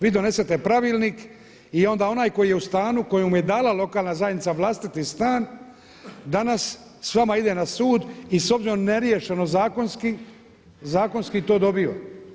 Vi donesete pravilnik i onda onaj koji je u stanu, kojemu je dala lokalna zajednica vlastiti stan danas s vama ide na sud i s obzirom neriješeno zakonski, zakonski to dobiva.